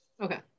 Okay